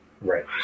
Right